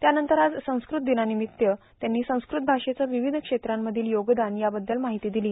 त्यानंतर आज संस्कृत दिनानिमित्त त्यांनी संस्कृत भाषेचं विविध क्षेत्रांमधील योगदान याबद्दल माहिती दिली